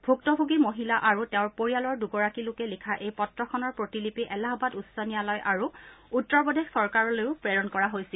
ভুক্তভোগী মহিলা আৰু তেওঁৰ পৰিয়ালৰ দুগৰাকী লোকে লিখা এই পত্ৰখনৰ প্ৰতিলিপি এলাহবাদ উচ্চ ন্যায়ালয় আৰু উত্তৰ প্ৰদেশ চৰকাৰলৈও প্ৰেৰণ কৰা হৈছিল